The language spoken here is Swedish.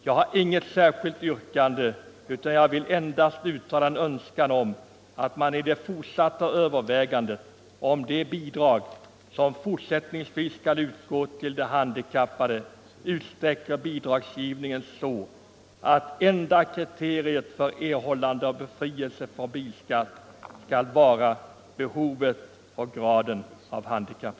Jag har inget särskilt yrkande utan vill endast uttala en önskan om att man i samband med det fortsatta övervägandet av vilka bidrag som fortsättningsvis skall utgå till handikappade utsträcker bidragsgivningen så att enda kriteriet för erhållande av befrielse från bilskatt skall vara behovet av bil och graden av handikapp.